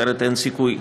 אחרת אין סיכוי.